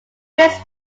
prince